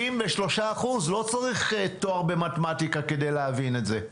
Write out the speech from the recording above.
53%. לא צריך תואר במתמטיקה כדי להבין זאת.